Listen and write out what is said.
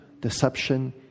deception